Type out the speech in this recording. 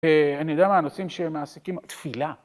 אני יודע מה נושאים שמעסיקים, תפילה.